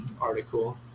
article